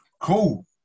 Cool